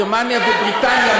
גרמניה ובריטניה,